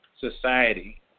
society